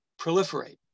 proliferate